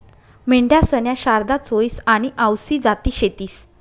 मेंढ्यासन्या शारदा, चोईस आनी आवसी जाती शेतीस